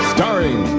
Starring